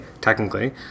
technically